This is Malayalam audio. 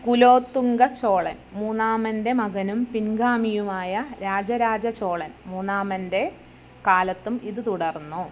കുലോത്തുംഗ ചോളന് മൂന്നാമന്റെ മകനും പിൻഗാമിയുമായ രാജരാജചോളന് മൂന്നാമന്റെ കാലത്തും ഇത് തുടർന്നു